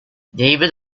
david